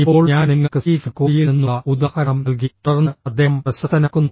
ഇപ്പോൾ ഞാൻ നിങ്ങൾക്ക് സ്റ്റീഫൻ കോവിയിൽ നിന്നുള്ള ഉദാഹരണം നൽകി തുടർന്ന് അദ്ദേഹം പ്രശസ്തനാക്കുന്നു